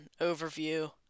overview